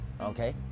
Okay